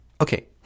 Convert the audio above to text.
Okay